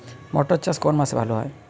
মটর চাষ কোন মাসে ভালো হয়?